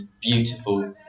beautiful